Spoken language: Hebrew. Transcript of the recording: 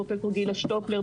פרופסור גילה שטופלר,